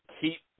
keep